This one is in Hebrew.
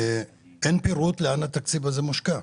אין פירוט היכן התקציב הזה מושקע.